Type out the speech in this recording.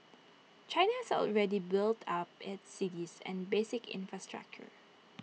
China has already built up its cities and basic infrastructure